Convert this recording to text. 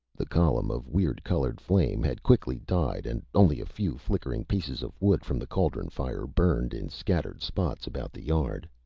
the column of weird-colored flame had quickly died and only a few flickering pieces of wood from the cauldron fire burned in scattered spots about the yard.